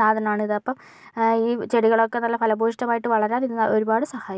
സാധനമാണിത് അപ്പോൾ ഈ ചെടികളൊക്കെ നല്ല ഫലഭൂഷ്ടമായിട്ട് വളരാൻ ഇത് ഒരുപാട് സഹായിക്കും